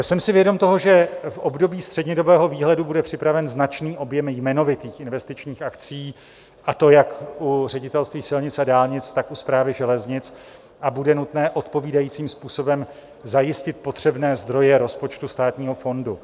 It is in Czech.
Jsem si vědom toho, že v období střednědobého výhledu bude připraven značný objem jmenovitých investičních akcí, a to jak u Ředitelství silnic a dálnic, tak u Správy železnic, a bude nutné odpovídajícím způsobem zajistit potřebné zdroje rozpočtu Státního fondu.